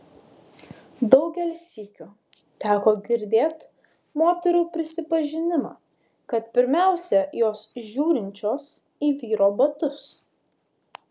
daugel sykių teko girdėt moterų prisipažinimą kad pirmiausia jos žiūrinčios į vyro batus